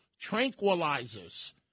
tranquilizers